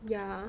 yeah